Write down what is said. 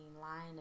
line